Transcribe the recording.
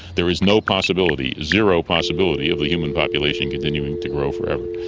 there is no possibility, zero possibility of the human population continuing to grow forever.